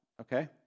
okay